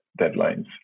deadlines